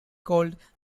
called